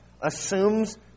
assumes